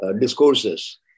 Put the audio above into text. discourses